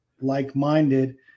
like-minded